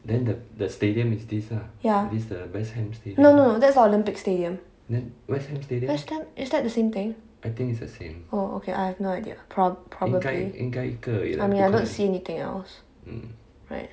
ya no no that's the olympic stadium west ham is that the same thing oh okay I have no idea prob~ probably I mean I don't see anything else right